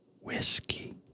Whiskey